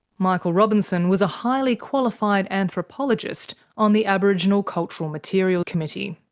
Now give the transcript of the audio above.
michael robinson was a highly qualified anthropologist on the aboriginal cultural material committee.